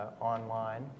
online